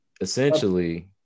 essentially